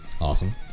Awesome